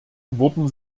wurden